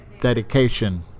dedication